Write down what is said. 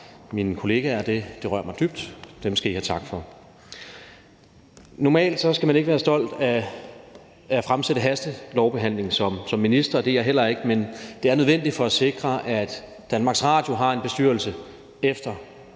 mine kollegaer; det rører mig dybt, så dem skal I have tak for. Normalt skal man ikke være stolt af at gennemføre hastelovbehandling som minister, og det er jeg heller ikke, men det er nødvendigt for at sikre, at DR har en bestyrelse efter